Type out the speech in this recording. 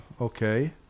Okay